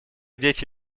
дети